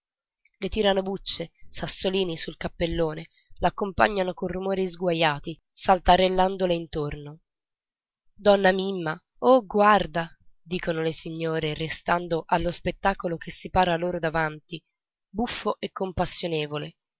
le tirano bucce sassolini sul cappellone la accompagnano con rumori sguajati saltarellandole intorno donna mimma oh guarda dicono le signore restando allo spettacolo che si para loro davanti buffo e compassionevole